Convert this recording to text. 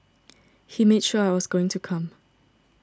he made sure I was going to come